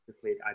played